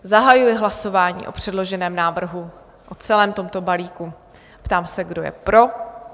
Zahajuji hlasování o předloženém návrhu, o celém tomto balíku, a ptám se, kdo je pro?